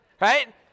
right